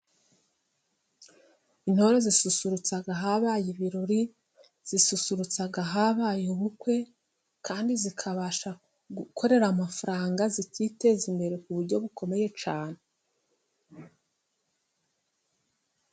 Intore zisusurutsa ahabaye ibirori, zisusurutsa ahabaye ubukwe, kandi zikabasha gukorera amafaranga, zikiteza imbere ku buryo bukomeye cyane.